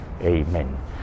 Amen